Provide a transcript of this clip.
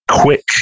quick